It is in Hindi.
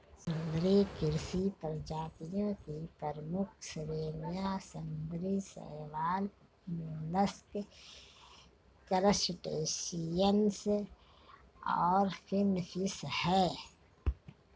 समुद्री कृषि प्रजातियों की प्रमुख श्रेणियां समुद्री शैवाल, मोलस्क, क्रस्टेशियंस और फिनफिश हैं